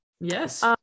Yes